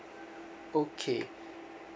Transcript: okay